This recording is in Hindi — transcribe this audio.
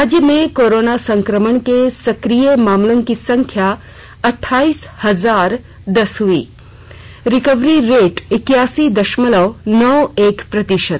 राज्य में कोरोना संक्रमण के सक्रिय मामलों की संख्या अठाइस हजार दस हई रिकवरी रेट इक्यासी दशमलव नौ एक प्रतिशत